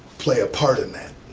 play a part in that,